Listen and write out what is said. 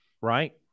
right